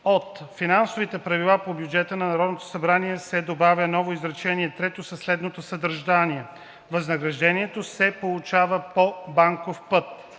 от „Финансови правила по бюджета на Народното събрание“ се добавя ново изречение трето със следното съдържание: „Възнаграждението се получава по банков път.“